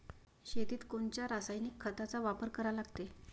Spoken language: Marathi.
शेतीत कोनच्या रासायनिक खताचा वापर करा लागते?